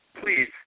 please